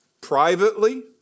Privately